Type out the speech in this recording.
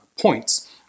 points